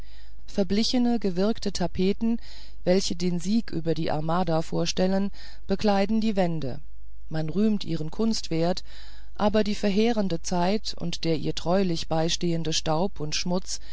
verblichene gewirkte tapeten welche den sieg über die armada vorstellen bekleiden die wände man rühmt ihre kunstwert aber die verheerende zeit und der ihr treulich beistehende staub und schmutz